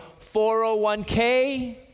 401K